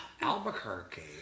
Albuquerque